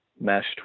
meshed